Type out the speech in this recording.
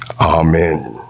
Amen